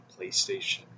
PlayStation